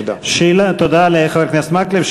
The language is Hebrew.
תודה לחבר הכנסת מקלב.